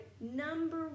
Number